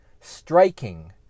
striking